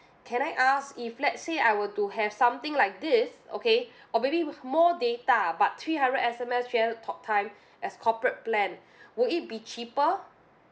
can I ask if let's say I were to have something like this okay or maybe more data but three hundred S_M_S three hundred talktime as corporate plan would it be cheaper